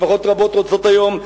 משפחות רבות רוצות היום,